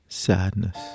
Sadness